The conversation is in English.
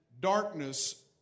darkness